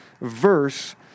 verse